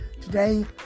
Today